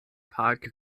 park